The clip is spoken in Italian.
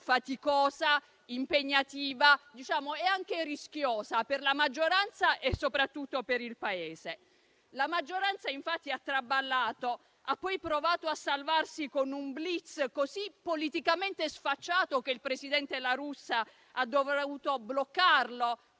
faticosa, impegnativa ed anche rischiosa, per la maggioranza e soprattutto per il Paese. La maggioranza, infatti, ha traballato, e poi ha provato a salvarsi, con un *blitz* così politicamente sfacciato che il presidente La Russa ha dovuto bloccarlo,